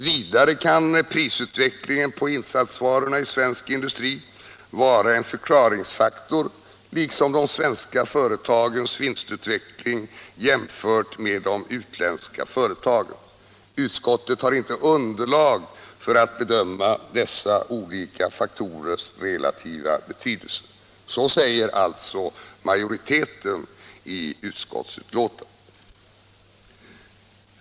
Vidare kan prisutvecklingen på insatsvarorna i svensk industri vara en förklaringsfaktor liksom de svenska företagens vinstutveckling jämfört med de utländska företagens. Utskottet har inte underlag för att bedöma dessa olika faktorers relativa betydelse.” Så säger alltså majoriteten i utskottsbetänkandet.